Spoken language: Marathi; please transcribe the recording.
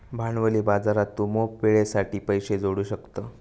भांडवली बाजारात तू मोप वेळेसाठी पैशे जोडू शकतं